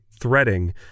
threading